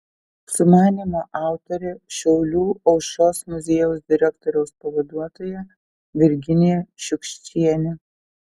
sumanymo autorė šiaulių aušros muziejaus direktoriaus pavaduotoja virginija šiukščienė